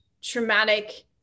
traumatic